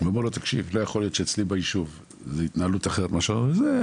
ואומר לו תקשיב לא יכול להיות שאצלי ביישוב זו התנהלות אחרת מאשר זה,